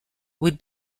would